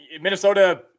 Minnesota –